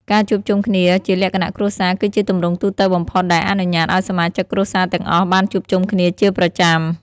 ការជួបជុំគ្នាជាលក្ខណៈគ្រួសារគឺជាទម្រង់ទូទៅបំផុតដែលអនុញ្ញាតឱ្យសមាជិកគ្រួសារទាំងអស់បានជួបជុំគ្នាជាប្រចាំ។